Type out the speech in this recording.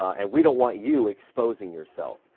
and we don't want you exposing yourself.